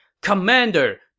Commander